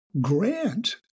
grant